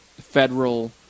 federal